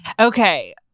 Okay